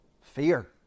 fear